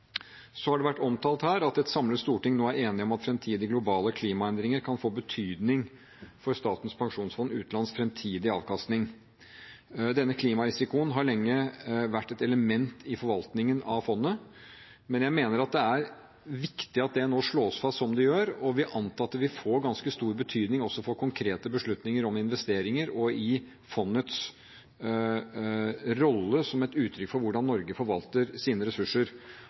Så har det vært omtalt at et samlet storting nå er enige om at fremtidige globale klimaendringer kan få betydning for Statens pensjonsfond utlands fremtidige avkastning. Denne klimarisikoen har lenge vært et element i forvaltningen av fondet, men jeg mener at det er viktig at det nå slås fast slik det gjør, og vil anta at det vil få ganske stor betydning også for konkrete beslutninger om investeringer og for fondets rolle som et uttrykk for hvordan Norge forvalter sine ressurser.